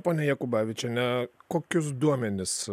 pone jakubavičiene kokius duomenis